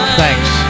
thanks